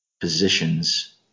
positions